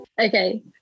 Okay